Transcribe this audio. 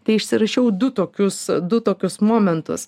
tai išsirašiau du tokius du tokius momentus